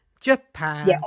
Japan